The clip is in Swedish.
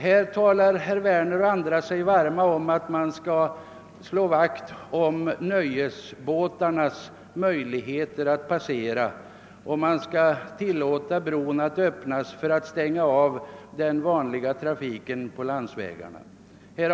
Här talar herr Werner och andra varmt om att vi måste slå vakt om nöjesbåtarnas möjligheter att passera. Man skall alltså tillåta att bron öppnas varigenom trafiken på landsvägen stoppas.